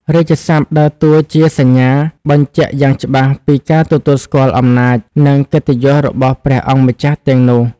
រាជសព្ទដើរតួជាសញ្ញាបញ្ជាក់យ៉ាងច្បាស់ពីការទទួលស្គាល់អំណាច និងកិត្តិយសរបស់ព្រះអង្គម្ចាស់ទាំងនោះ។